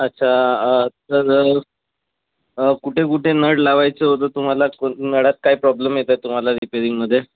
अच्छा तर कुठे कुठे नळ लावायचं होतं तुम्हाला को नळात काय प्रॉब्लेम येत आहेत तुम्हाला रिपेअरिंगमध्ये